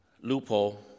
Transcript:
loophole